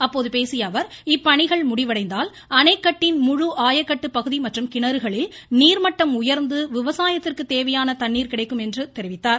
அப்போது பேசிய அவர் இப்பணிகள் முடிவடைந்தால் அணைக்கட்டின் முழு ஆயக்கட்டு பகுதி மற்றும் கிணறுகளில் நீர்மட்டம் உயர்ந்து விவசாயத்திற்கு தேவையான தண்ணீர் கிடைக்கும் என்றார்